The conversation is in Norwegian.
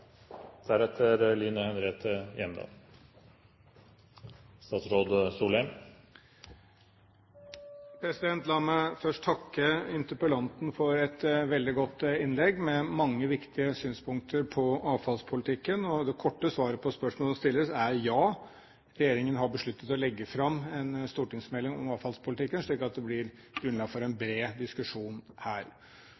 La meg først takke interpellanten for et veldig godt innlegg, med mange viktige synspunkter på avfallspolitikken. Det korte svaret på spørsmålet som stilles, er: Ja, regjeringen har besluttet å legge fram en stortingsmelding om avfallspolitikken, slik at det blir grunnlag for en